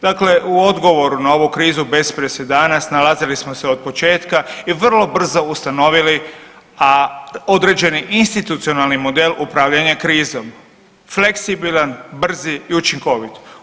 Dakle u odgovoru na ovu krizu bez presedana snalazili smo se od početka i vrlo brzo ustanovili određeni institucionalni model upravljanja krizom, fleksibilan, brz i učinkovit.